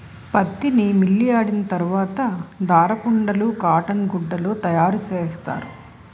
పత్తిని మిల్లియాడిన తరవాత దారపుండలు కాటన్ గుడ్డలు తయారసేస్తారు